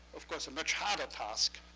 of course, much harder task,